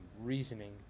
reasoning